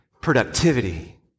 productivity